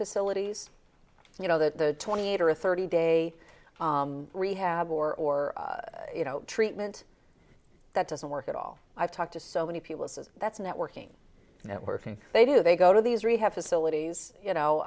facilities you know the twenty eight or thirty day rehab or treatment that doesn't work at all i've talked to so many people says that's networking networking they do they go to these rehab facilities you know